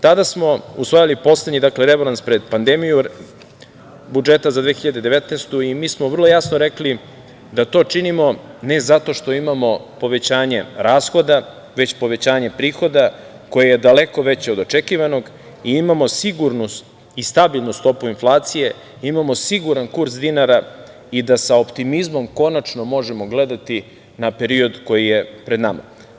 Tada smo usvajali poslednji rebalans pred pandemiju budžeta za 2019. godinu i mi smo vrlo jasno rekli da to činimo ne zato što imamo povećanje rashoda, već povećanje prihoda, koje je daleko veće od očekivanog, i imamo sigurnu i stabilnu stopu inflacije, imamo siguran kurs dinara i da sa optimizmom konačno možemo gledati na period koji je pred nama.